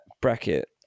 bracket